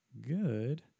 good